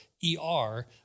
E-R